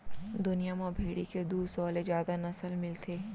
दुनिया म भेड़ी के दू सौ ले जादा नसल मिलथे